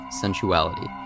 Sensuality